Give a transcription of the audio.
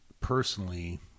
personally